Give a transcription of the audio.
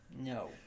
No